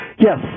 Yes